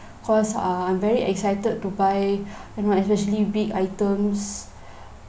cause uh I'm very excited to buy you know and especially big items